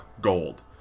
gold